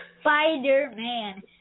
Spider-Man